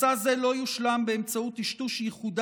מסע זה לא יושלם באמצעות טשטוש ייחודה